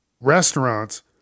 restaurants